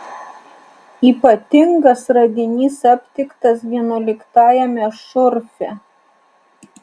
ypatingas radinys aptiktas vienuoliktajame šurfe